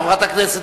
חברת הכנסת,